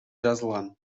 жазылган